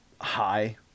high